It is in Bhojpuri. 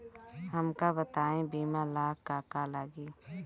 हमका बताई बीमा ला का का लागी?